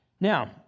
Now